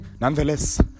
nonetheless